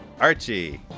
archie